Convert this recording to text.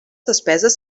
despeses